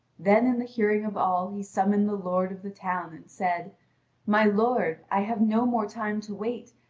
then in the hearing of all he summoned the lord of the town and said my lord, i have no more time to wait,